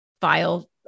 file